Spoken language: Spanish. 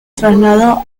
trasladó